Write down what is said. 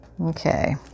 okay